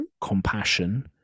compassion